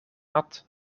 had